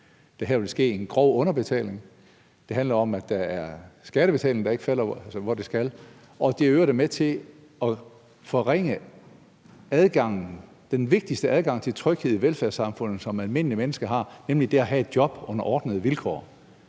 der her vil ske en grov underbetaling. Det handler om, at der er skattebetaling, der ikke falder der, hvor det skal, og at det i øvrigt er med til at forringe den vigtigste adgang til tryghed i velfærdssamfundet, som almindelige mennesker har, nemlig det at have et job under ordnede vilkår.